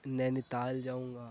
نینی تال جاؤں گا